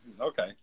Okay